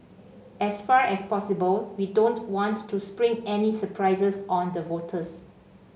as far as possible we don't want to spring any surprises on the voters